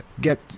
get